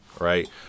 right